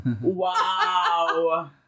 Wow